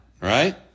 right